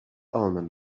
almond